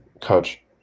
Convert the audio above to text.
Coach